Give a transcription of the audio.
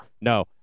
no